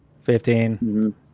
fifteen